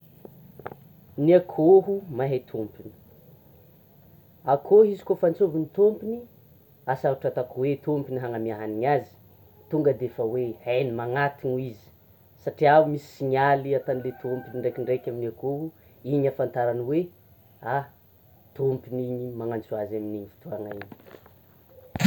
Ny akôho mahay tompony, akôho izy koa fa ansovan'ny tompony asa ohatra ataoko hoe tompony hanamia hanina azy, tonga defa hoe hainy magnatona izy satria misy signaly ataon'le tompony ndrekindreky amin'ny akoho dia iny ahafantarany hoe: ah tompony magnantso azy amin'iny, karan'izay.